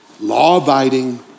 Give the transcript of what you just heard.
law-abiding